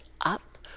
up